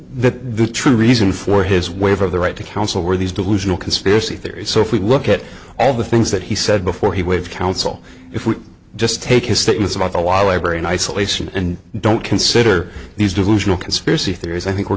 that the true reason for his waiver of the right to counsel were these delusional conspiracy theories so if we look at all the things that he said before he would counsel if we just take his statements about a while a very nice elation and don't consider these delusional conspiracy theories i think we're